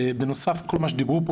בנוסף לכל מה שדיברו כאן,